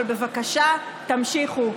אבל בבקשה תמשיכו,